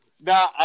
no